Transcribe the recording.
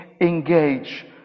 engage